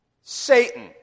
Satan